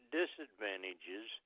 disadvantages